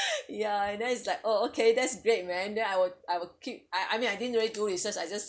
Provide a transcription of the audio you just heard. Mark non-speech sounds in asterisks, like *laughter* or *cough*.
*laughs* yeah and then it's like oh okay that's great man then I will I will keep I I mean I didn't really do research I just